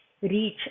reach